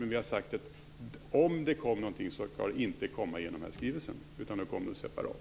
Men vi har sagt att om det kommer någonting skall det inte komma genom denna skrivelse utan separat.